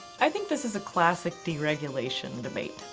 i think this is a classic deregulation debate.